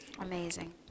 Amazing